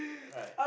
right